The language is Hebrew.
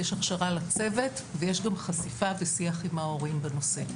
יש הכשרה לצוות ויש גם חשיפה ושיח עם ההורים בנושא.